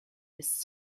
his